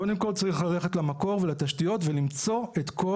קודם כל צריך ללכת למקור ולתשתיות ולמצוא את כל